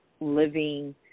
living